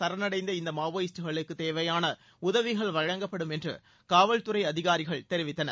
சரணடைந்த இந்த மாவோயிஸ்டுகளுக்கு தேவையான உதவிகள் வழங்கப்படும் என்று காவல்துறை அதிகாரிகள் தெரிவித்தனர்